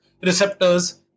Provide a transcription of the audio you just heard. receptors